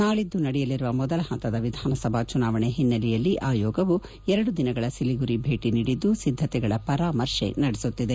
ನಾಳಿದ್ದು ನಡೆಯಲಿರುವ ಮೊದಲ ಹಂತದ ವಿಧಾನಸಭಾ ಚುನಾವಣೆ ಹಿನ್ನೆಲೆಯಲ್ಲಿ ಆಯೋಗವು ಎರಡು ದಿನಗಳ ಸಿಲಿಗುರಿ ಭೇಟಿ ನೀಡಿದ್ದು ಸಿದ್ದತೆಗಳ ಪರಾಮರ್ಶೆ ನಡೆಸುತ್ತಿದೆ